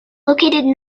located